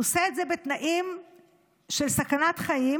הוא עושה את זה בתנאים של סכנת חיים,